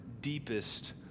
deepest